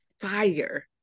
fire